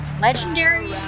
Legendary